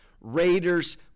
Raiders